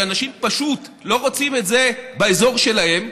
שאנשים פשוט לא רוצים את זה באזור שלהם,